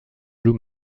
blue